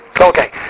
Okay